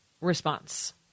response